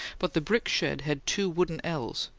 but the brick shed had two wooden ells,